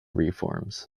reforms